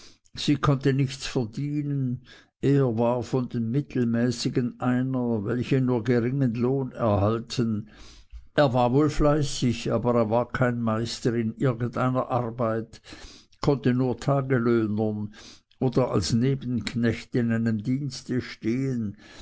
sie konnte nichts verdienen er war von den mittelmäßigen einer welche nur geringen lohn erhalten er war wohl fleißig aber er war kein meister in irgend einer arbeit konnte nur taglöhnern oder als nebenknecht in einem dienste stehen